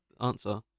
Answer